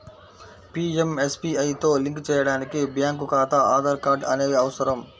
పీయంఎస్బీఐతో లింక్ చేయడానికి బ్యేంకు ఖాతా, ఆధార్ కార్డ్ అనేవి అవసరం